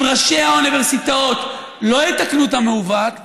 אם ראשי האוניברסיטאות לא יתקנו את המעוות,